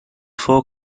four